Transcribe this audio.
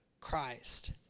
Christ